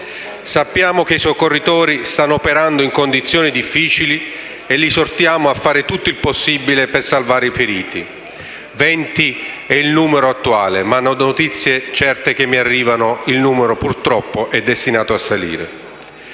Sappiamo che i soccorritori stanno operando in condizioni difficili e li esortiamo a fare tutto il possibile per salvare i feriti. Venti è il numero attuale delle vittime, ma da notizie certe che mi arrivano il numero purtroppo è destinato a salire.